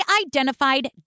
identified